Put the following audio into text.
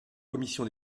commission